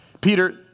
Peter